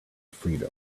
freedom